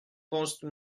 poste